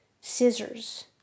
scissors